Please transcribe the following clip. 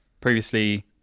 Previously